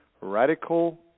Radical